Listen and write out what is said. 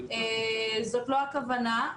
זאת לא הכוונה,